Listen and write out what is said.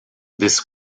this